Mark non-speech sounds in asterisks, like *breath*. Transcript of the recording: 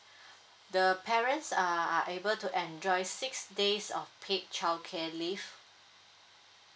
*breath* the parents are are able to enjoy six days of paid childcare leave